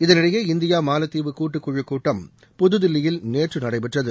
இதனிடையே இந்தியா மாலத்தீவு கூட்டு குழுக் கூட்டம் புதுதில்லியில் நேற்று நடைபெற்றது